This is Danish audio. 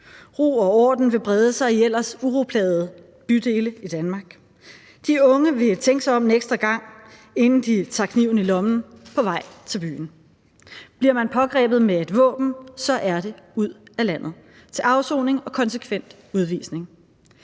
Ro og orden vil brede sig i ellers uroplagede bydele i Danmark. De unge vil tænke sig om en ekstra gang, inden de tager kniven i lommen på vej til byen. Bliver man pågrebet med et våben, er det ud af landet til afsoning og konsekvent udvisning.